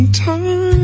time